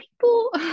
people